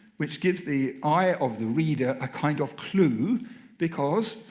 which gives the eye of the reader a kind of clue because,